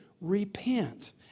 Repent